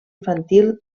infantil